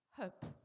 Hope